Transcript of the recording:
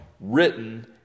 written